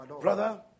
Brother